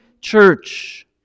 church